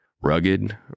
Rugged